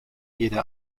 jede